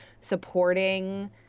supporting